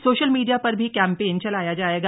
social media पर भी campaign चलाया जाएगा